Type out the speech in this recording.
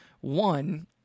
One